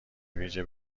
ویژه